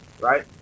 right